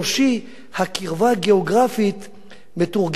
הקרבה הגיאוגרפית מתורגמת לפעמים לקרבה,